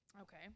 Okay